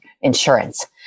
insurance